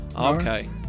Okay